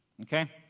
Okay